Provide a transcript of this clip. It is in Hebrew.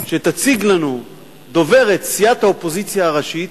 שתציג לנו דוברת סיעת האופוזיציה הראשית,